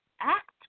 act